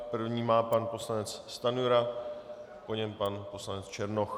První má pan poslanec Stanjura, po něm pan poslanec Černoch.